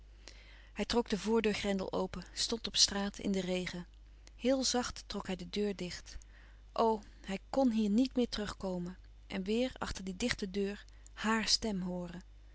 hij trok den voordeurgrendel open stond op straat in den regen heel zacht trok hij de deur dicht o hij kn hier niet meer terug komen en weêr achter die dichte deur haar stem hooren